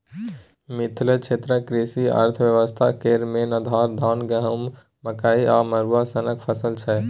मिथिला क्षेत्रक कृषि अर्थबेबस्था केर मेन आधार, धान, गहुँम, मकइ आ मरुआ सनक फसल छै